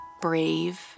brave